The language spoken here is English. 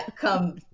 come